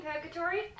purgatory